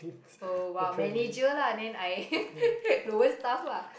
oh !wow! manager lah then I lower staff lah